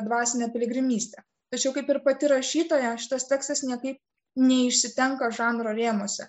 dvasinė piligrimystė tačiau kaip ir pati rašytoja šitas teksas niekaip neišsitenka žanro rėmuose